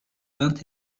vingt